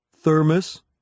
Thermos